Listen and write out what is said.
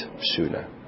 sooner